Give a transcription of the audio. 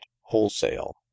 wholesale